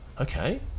okay